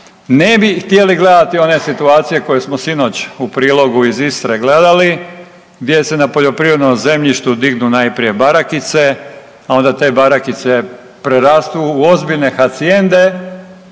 Ne bi htjeli gledati one situacije koje smo sinoć u prilogu iz Istre gledali gdje se na poljoprivrednom zemljištu najprije barakice, a onda te barakice prerastu u ozbiljne hacijende